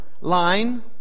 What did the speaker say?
line